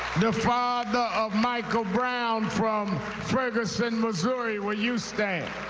the father of michael brown from from so and missouri, will you stand.